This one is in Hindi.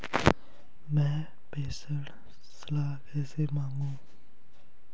मैं प्रेषण सलाह कैसे मांगूं?